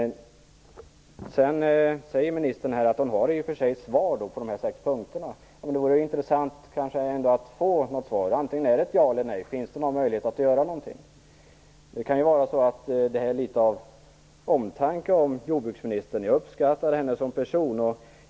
Ministern säger att hon i och för sig har svar på de sex punkterna. Ja, men då är det intressant att få ett svar - antingen ja eller nej. Finns det alltså någon möjlighet att göra något? Det kan handla om litet av omtanke om jordbruksministern. Jag uppskattar henne som person.